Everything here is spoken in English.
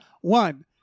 One